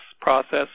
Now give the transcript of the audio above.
process